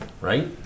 right